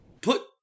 Put